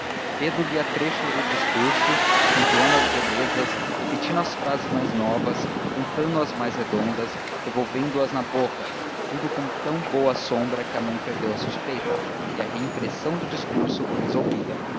pedro lia trechos do discurso acentuando as belezas repetindo as frases mais novas cantando as mais redondas revolvendo as na boca tudo com tão boa sombra que a mãe perdeu a suspeita e a reimpressão do discurso foi resolvida